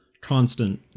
constant